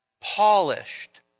polished